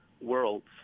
worlds